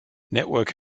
network